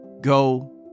Go